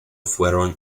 fueron